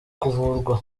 kuvurwa